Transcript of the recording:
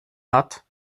hat